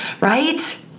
right